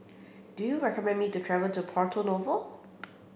do you recommend me to travel to Porto Novo